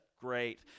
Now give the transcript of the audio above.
great